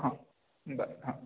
बरं